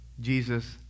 Jesus